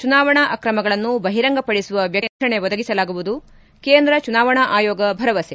ಚುನಾವಣೆ ಅಕ್ರಮಗಳನ್ನು ಬಹಿರಂಗಪಡಿಸುವ ವ್ಯಕ್ತಿಗಳಿಗೆ ರಕ್ಷಣೆ ಒದಗಿಸಲಾಗುವುದು ಕೇಂದ್ರ ಚುನಾವಣಾ ಆಯೋಗ ಭರವಸೆ